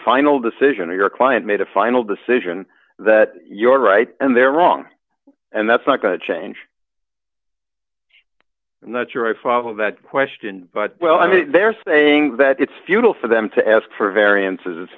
final decision or your client made a final decision that your right and they're wrong and that's not going to change i'm not sure i follow that question but well i mean they're saying that it's futile for them to ask for a variance i